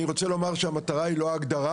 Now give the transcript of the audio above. אני רוצה לומר שהמטרה היא לא ההגדרה,